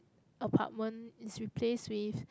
apartment is replaced with